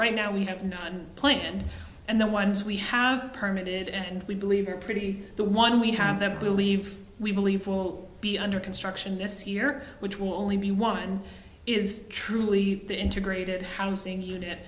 right now we have no plan and the ones we have permitted and we believe are pretty the one we have them believe we believe will be under construction this year which will only be one is truly the integrated housing